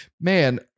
man